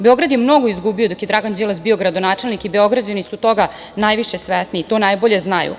Beograd je mnogo izgubio dok je Dragan Đilas bio gradonačelnik i Beograđani su toga najviše svesni, i to najbolje znaju.